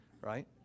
right